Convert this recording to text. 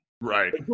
right